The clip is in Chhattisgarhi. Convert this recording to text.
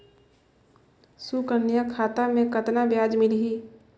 सुकन्या खाता मे कतना ब्याज मिलही?